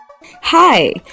Hi